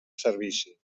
servici